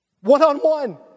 one-on-one